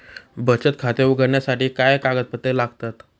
बचत खाते उघडण्यासाठी काय कागदपत्रे लागतात?